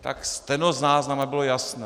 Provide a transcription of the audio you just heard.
Tak stenozáznam, aby bylo jasné.